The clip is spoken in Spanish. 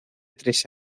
tres